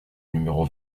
numéro